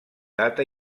data